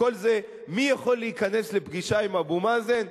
הכול זה מי יכול להיכנס לפגישה עם אבו מאזן?